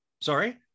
Sorry